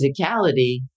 physicality